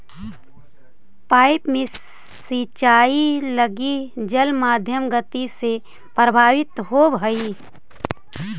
pipe में सिंचाई लगी जल मध्यम गति से प्रवाहित होवऽ हइ